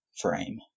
frame